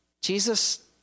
Jesus